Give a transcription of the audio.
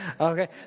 Okay